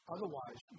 Otherwise